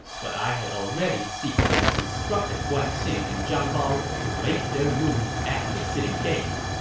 but i had already secretly instructed guan xing and zhang bao to make their move at the city gates.